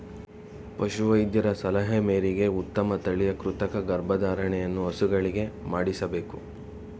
ಪಶು ವೈದ್ಯರ ಸಲಹೆ ಮೇರೆಗೆ ಉತ್ತಮ ತಳಿಯ ಕೃತಕ ಗರ್ಭಧಾರಣೆಯನ್ನು ಹಸುಗಳಿಗೆ ಮಾಡಿಸಬೇಕು